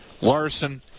Larson